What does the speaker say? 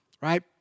right